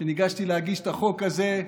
כשניגשתי להגיש את החוק הזה,